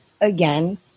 again